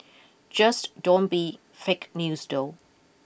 just don't be fake news though